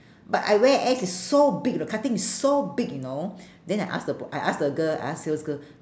but I wear S is so big the cutting is so big you know then I ask the pr~ I ask the girl I ask sales girl